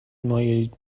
مایلید